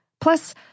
Plus